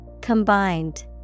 Combined